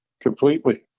completely